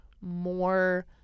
more